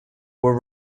were